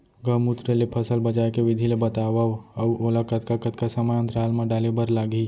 गौमूत्र ले फसल बचाए के विधि ला बतावव अऊ ओला कतका कतका समय अंतराल मा डाले बर लागही?